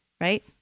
right